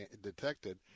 detected